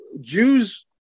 Jews